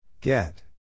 Get